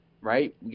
Right